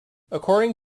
according